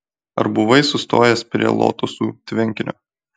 ar buvai sustojęs prie lotosų tvenkinio